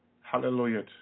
Hallelujah